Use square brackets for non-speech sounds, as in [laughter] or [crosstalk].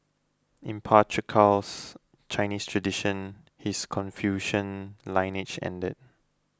in patriarchal [unintelligible] Chinese tradition his Confucian lineage ended